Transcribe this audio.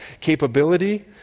capability